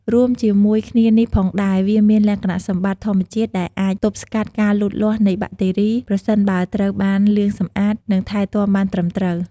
រួមជាមួយគ្នានេះផងដែរ វាមានលក្ខណៈសម្បត្តិធម្មជាតិដែលអាចទប់ស្កាត់ការលូតលាស់នៃបាក់តេរី ប្រសិនបើត្រូវបានលាងសម្អាត និងថែទាំបានត្រឹមត្រូវ។